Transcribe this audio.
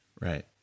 Right